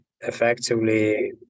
effectively